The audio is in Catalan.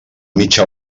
mitja